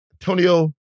Antonio